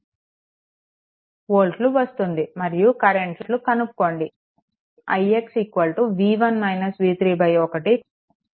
285 వోల్ట్లు వస్తుంది మరియు కరెంట్లు కనుక్కోండి ix 1